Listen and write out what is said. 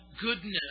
goodness